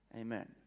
Amen